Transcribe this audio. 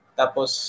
tapos